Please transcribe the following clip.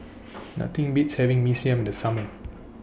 Nothing Beats having Mee Siam in The Summer